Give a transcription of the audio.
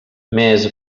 més